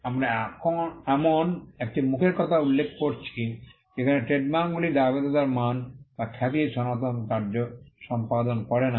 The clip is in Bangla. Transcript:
আমরা এমন একটি মুখের কথা উল্লেখ করছি যেখানে ট্রেডমার্কগুলি দায়বদ্ধতার মান বা খ্যাতির সনাতন কার্য সম্পাদন করে না